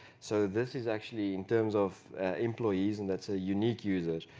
so this is actually in terms of employees and that's ah unique users,